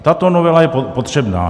Tato novela je potřebná.